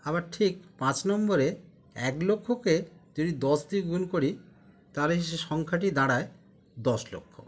আবার ঠিক পাঁচ নম্বরে এক লক্ষকে যদি দশ দিয়ে গুণ করি তাহলে যে সংখ্যাটি দাঁড়ায় দশ লক্ষ